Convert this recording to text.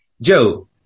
Joe